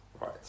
Right